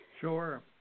Sure